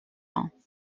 bains